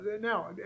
now